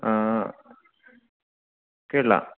ആ കേട്ടില്ല